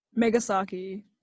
megasaki